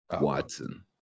Watson